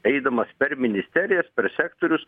eidamas per ministerijas per sektorius